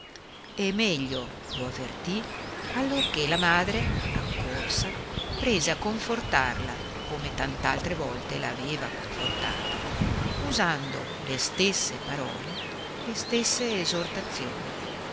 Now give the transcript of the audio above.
e meglio lo avvertì allorché la madre accorsa prese a confortarla come tant'altre volte la aveva confortata usando le stesse parole le stesse esortazioni